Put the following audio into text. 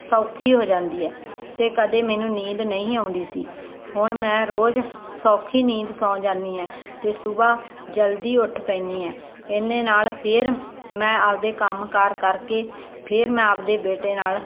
ਸੌਖੀ ਹੋ ਜਾਂਦੀ ਹੈ ਤੇ ਕਦੇ ਮੈਨੂੰ ਨੀਂਦ ਨਹੀਂ ਆਉਂਦੀ ਸੀ ਹੁਣ ਮੈਂ ਰੋਜ਼ ਸੌਖੀ ਨੀਂਦ ਸੌ ਜਾਦੀ ਹ ਤੇ ਸੁਬਹਾ ਜਲਦੀ ਉੱਠ ਪੈਣੀ ਹ ਇਹਨੇ ਨਾਲ ਫਿਰ ਮੈਂ ਆਪਦੇ ਕੰਮ ਕਾਰ ਕਰਕੇ ਫਿਰ ਮੈਂ ਆਪਦੇ ਬੇਟੇ ਨਾਲ